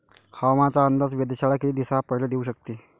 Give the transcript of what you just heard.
हवामानाचा अंदाज वेधशाळा किती दिवसा पयले देऊ शकते?